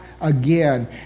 again